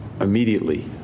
immediately